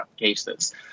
cases